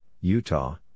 Utah